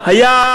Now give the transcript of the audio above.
סעיף